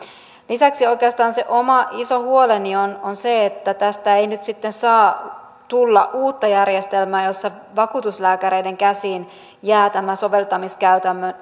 lisäksi oikeastaan se oma iso huoleni on on se että tästä ei nyt sitten saa tulla uutta järjestelmää jossa vakuutuslääkäreiden käsiin jää tämä soveltamiskäytännön